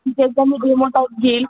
तिचा एकदा मी डेमो टाईप घेईल